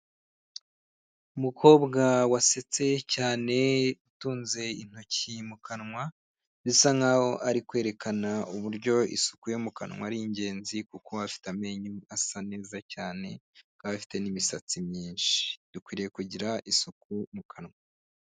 Umukobwa wasetse cyane utunze intoki mu kanwa bisa nkaho ari kwerekana uburyo isuku yo mu kanwa ari ingenzi, kuko afite amenyo asa neza cyane akaba afite n'imisatsi myinshi, dukwiriye kugira isuku mu kanwa.